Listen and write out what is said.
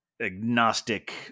agnostic